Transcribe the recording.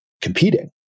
competing